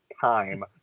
time